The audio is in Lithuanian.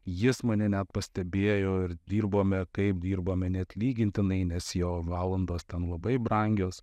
jis mane net pastebėjo ir dirbome kaip dirbome neatlygintinai nes jo valandos ten labai brangios